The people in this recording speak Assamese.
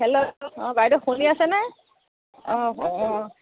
হেল্ল' অঁ বাইদেউ শুনি আছেনে অঁ অঁ অঁ